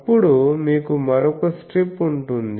అప్పుడు మీకు మరొక స్ట్రిప్ ఉంటుంది